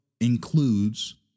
includes